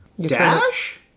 Dash